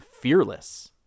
Fearless